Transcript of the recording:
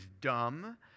dumb